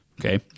okay